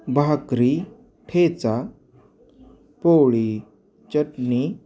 भाकरी ठेचा पोळी चटणी